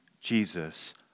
Jesus